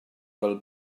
fel